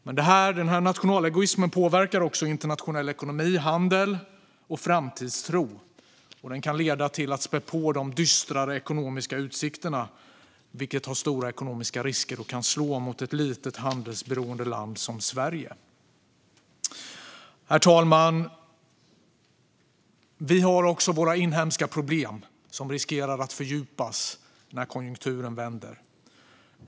Men denna nationalegoism påverkar också internationell ekonomi, handel och framtidstro. Den kan spä på de dystrare ekonomiska utsikterna, vilket innebär stora ekonomiska risker och kan slå mot ett litet handelsberoende land som Sverige. Herr talman! Vi har också våra inhemska problem, som riskerar att fördjupas när konjunkturen vänder.